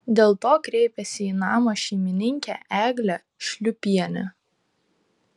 dėl to kreipėsi į namo šeimininkę eglę šliūpienę